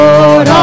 Lord